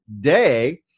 day